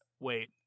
Wait